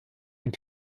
und